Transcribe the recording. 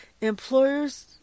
employers